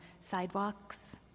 sidewalks